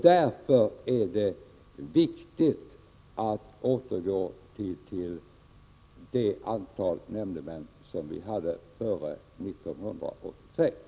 Därför är det viktigt att vi återgår till det antal nämndemän som vi hade före 1983.